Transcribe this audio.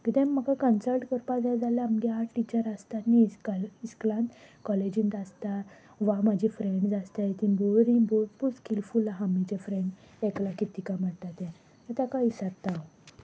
किद्याक म्हाका कन्सल्ट करपा जाय जाल्यार आमगे आर्ट टिचर आसता न्ही इस्कुलान कॉलेजींत आसता वा म्हाजी फ्रेंड्स आसताय ती बोरी भरपूर स्किलफूल आसा आमचे फ्रेंड एक लागी लतिका म्हणटा तें सो ताका विचारता हांव